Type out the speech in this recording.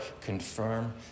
confirm